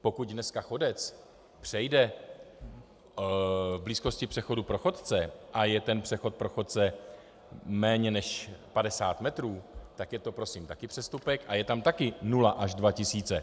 Pokud dneska chodec přejde v blízkosti přechodu pro chodce a je ten přechod pro chodce méně než 50 metrů, tak je to prosím taky přestupek a je tam taky nula až dva tisíce.